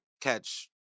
catch